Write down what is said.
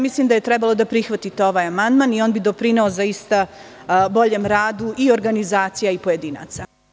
Mislim da je trebalo da prihvatite ovaj amandman, jer bi on doprineo boljem radu organizacija i pojedinaca.